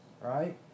right